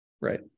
Right